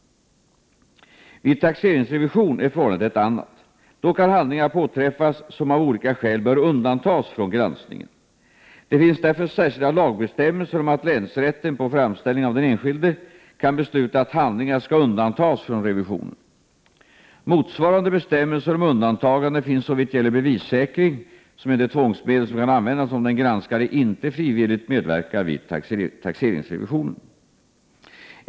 Vid taxeringsrevision är förhållandet ett annat. Då kan handlingar påträffas som av olika skäl bör undantas från granskningen. Det finns därför särskilda lagbestämmelser om att länsrätten på framställning av den enskilde kan besluta att handlingar skall undantas från revisionen. Motsvarande bestämmelser om undantagande finns såvitt gäller bevissäkring, som är det tvångsmedel som kan användas om den granskade inte frivilligt medverkar vid taxeringsrevisionen.